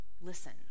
listen